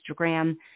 Instagram